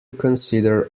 consider